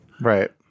Right